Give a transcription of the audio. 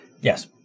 Yes